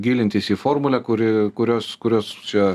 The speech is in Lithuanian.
gilintis į formulę kuri kurios kurios čia